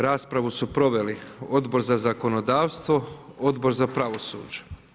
Raspravu su proveli Odbor za zakonodavstvo, Odbor za pravosuđe.